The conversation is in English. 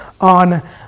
on